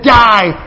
die